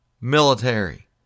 military